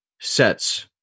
sets